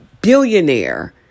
billionaire